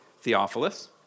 Theophilus